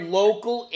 local